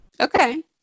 Okay